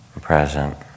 present